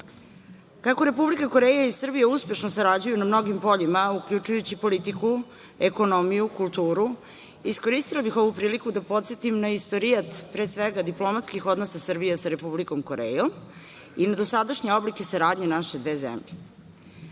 ja. Kako Republika Koreja i Srbija uspešno sarađuju na mnogim poljima, uključujući politiku, ekonomiju, kulturu, iskoristila bih ovu priliku da podsetim na istorijat, pre svega, diplomatskih odnosa Srbije sa Republikom Korejom i na dosadašnje oblike saradnje naše dve